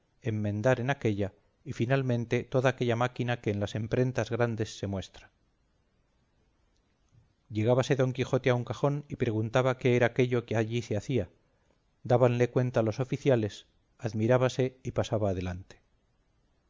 enmendar en aquélla y finalmente toda aquella máquina que en las emprentas grandes se muestra llegábase don quijote a un cajón y preguntaba qué era aquéllo que allí se hacía dábanle cuenta los oficiales admirábase y pasaba adelante